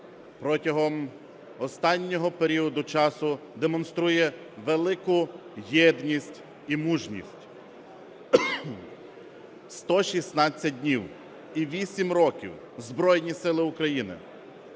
протягом останнього періоду часу демонструє велику єдність і мужність. 116 днів і 8 років Збройні Сили України,